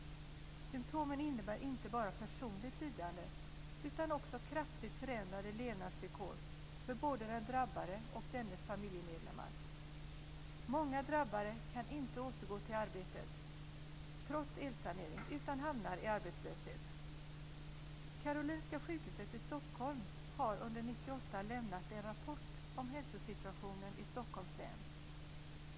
Symtomen innebär inte bara personligt lidande utan också kraftigt förändrade levnadsvillkor för både den drabbade och dennes familjemedlemmar. Många drabbade kan inte återgå till arbetet trots elsanering, utan de hamnar i arbetslöshet. Karolinska sjukhuset i Stockholm har under 1998 lämnat en rapport om hälsosituationen i Stockholms län.